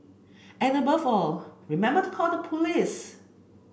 and above all remember to call the police